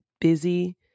busy